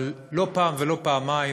אבל לא פעם ולא פעמיים,